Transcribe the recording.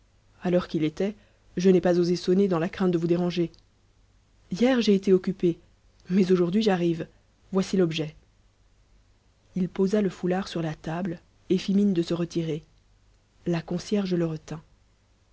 à l'heure qu'il était je n'ai pas osé sonner dans la crainte de vous déranger hier j'ai été occupé mais aujourd'hui j'arrive voici l'objet il posa le foulard sur la table et fit mine de se retirer la concierge le retint